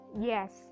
yes